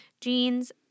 jeans